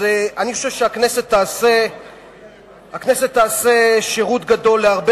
אני חושב שהכנסת תעשה שירות גדול להרבה